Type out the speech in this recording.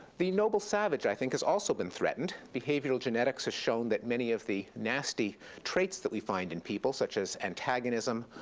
the noble savage, i think, has also been threatened. behavioral genetics has shown that many of the nasty traits that we find in people, such as antagonism,